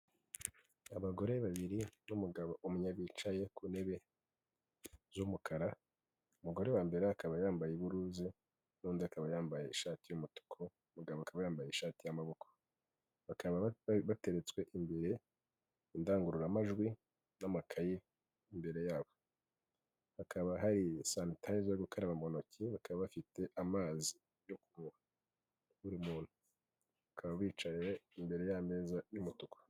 Abagore babiri n'umugabo umwe bicaye ku ntebe z'umukara. Umugore wa mbere akaba yambaye iburuze n'undi akaba yambaye ishati y'umutuku. Umugabo akaba yambaye ishati y'amaboko. Bakaba bateretswe imbere indangururamajwi n'amakaye imbere yabo. Hakaba hari sanitayiza yo gukaraba mu ntoki. Bakaba bafite amazi yo kunywa buri muntu. Bakaba bicaye imbere y'ameza y'umutuku.